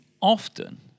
often